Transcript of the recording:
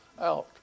out